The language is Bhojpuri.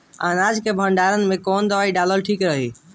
अनाज के भंडारन मैं कवन दवाई डालल ठीक रही?